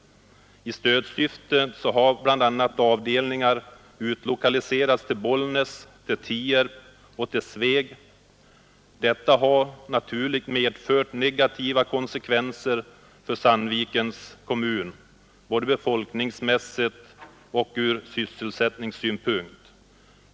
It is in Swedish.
I stödsyfte har bl.a. avdelningar utlokaliserats till Bollnäs, Tierp och Sveg. Detta har naturligtvis medfört negativa konsekvenser för Sandvikens kommun, både befolkningsmässigt och från sysselsättningssynpunkt.